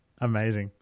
Amazing